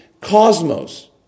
cosmos